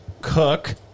cook